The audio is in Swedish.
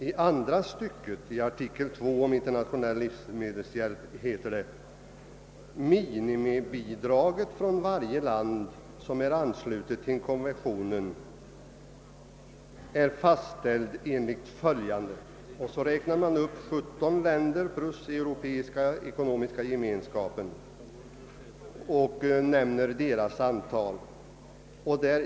I andra stycket i artikel 2 om internationell livsmedelshjälp heter det: »Minimibidraget från varje land som är anslutet till konventionen är fastställt enligt följande», och så räknas 17 länder upp plus den europeiska ekonomiska gemenskapen, och deras andelar nämns.